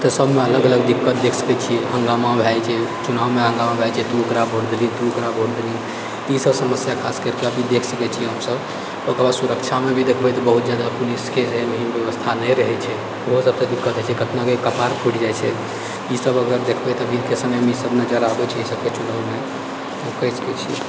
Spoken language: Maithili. तऽ सबमे अलग अलग दिक्कत देखि सकैत छियै हन्गामा भए जाइत छै चुनावमे हन्गामा भए जाइत छै तू ओकरा भोट देलही तू ओकरा भोट देलही तऽ ई सब समस्या खास करिके भी देखि सकैत छियै हमसब ओकर बाद सुरक्षामे भी देखबै तऽ बहुत जादा पुलिसके व्यवस्था नहि रहैत छै इहो सबसँ दिक्कत होइत छै कतनाके कपार फुटि जाइत छै ई सब अगर देखबै तऽ अभी के समयमे ई सब नजर आबैत छै चुनावमे तऽ कहि सकैत छियै